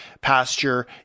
pasture